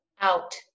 Out